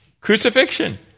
crucifixion